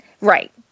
Right